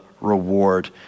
reward